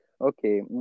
Okay